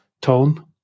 tone